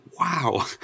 wow